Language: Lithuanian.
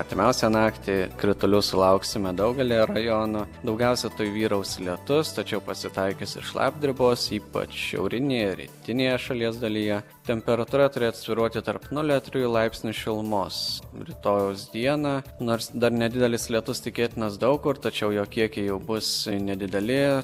artimiausią naktį kritulių sulauksime daugelyje rajonų daugiausia tai vyraus lietus tačiau pasitaikys ir šlapdribos ypač šiaurinėje rytinėje šalies dalyje temperatūra turėtų svyruoti tarp nulio ir trijų laipsnių šilumos rytojaus dieną nors dar nedidelis lietus tikėtinas daug kur tačiau jo kiekiai bus nedideli